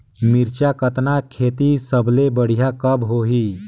मिरचा कतना खेती सबले बढ़िया कब होही?